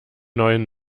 neuen